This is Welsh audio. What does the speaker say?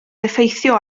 effeithio